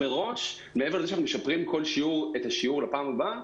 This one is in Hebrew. מעבר לזה שאנחנו משפרים כל שיעור לפעם הבאה,